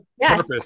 yes